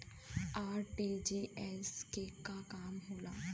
RTGS के का काम होला?